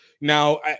Now